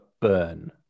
burn